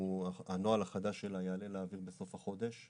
הנוהל החדש שלה יעלה לאוויר בסוף החודש,